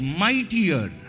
mightier